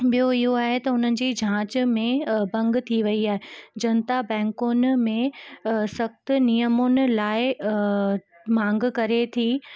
ॿियो इहो आहे त हुननि जी जाच में भंग थी वई आहे जन्ता बैंकुनि में सक़्त नियमुनि लाइ मांग करे थी